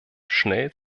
schnell